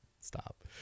Stop